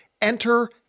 Enter